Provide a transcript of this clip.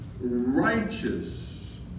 righteous